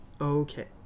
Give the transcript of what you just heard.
Okay